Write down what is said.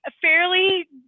fairly